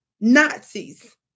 Nazis